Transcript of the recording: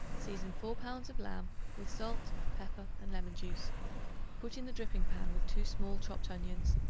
season four pounds of lamb with salt, pepper and lemon-juice put in the dripping-pan with two small chopped onions,